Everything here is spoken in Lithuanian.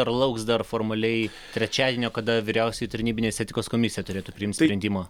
ar lauks dar formaliai trečiadienio kada vyriausioji tarnybinės etikos komisija turėtų priimti sprendimą